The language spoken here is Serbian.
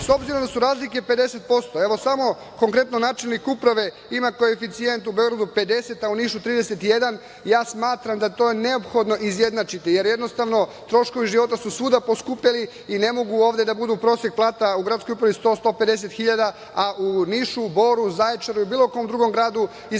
s obzirom da su razlike 50%, evo samo konkretno načelnik Uprave ima koeficijent u Beogradu 50, a u Nišu 31. Ja smatram da je to neophodno izjednačiti, jer jednostavno troškovi života su svuda poskupeli i ne može ovde prosek plata u gradskoj upravi 100.000, 150.000, a u Nišu, Boru, Zaječaru ili bilo kom drugom gradu između